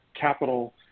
capital